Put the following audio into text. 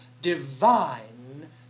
divine